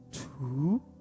Two